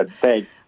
Thanks